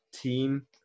team